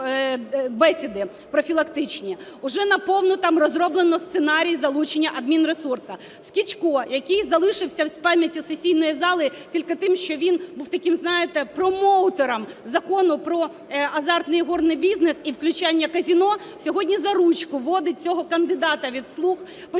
Скічко, який залишився в пам'яті сесійної зали тільки тим, що він був таким, знаєте, промоутером Закону про азартний ігорний бізнес і включання казино, сьогодні за ручку водить цього кандидата від "слуг". Почали